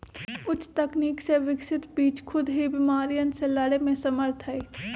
उच्च तकनीक से विकसित बीज खुद ही बिमारियन से लड़े में समर्थ हई